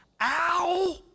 ow